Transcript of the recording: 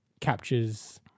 captures